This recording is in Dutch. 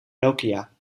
nokia